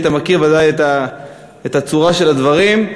אתה מכיר ודאי את הצורה של הדברים,